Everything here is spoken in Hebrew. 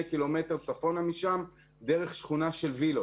קילומטרים צפונה משם דרך שכונה של וילות